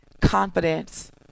confidence